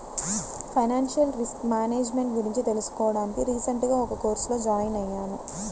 financial risk management గురించి తెలుసుకోడానికి recent గా ఒక కోర్సులో జాయిన్ అయ్యాను